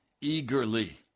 eagerly